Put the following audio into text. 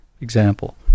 Example